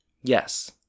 yes